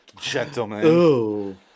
gentlemen